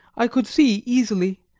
i could see easily,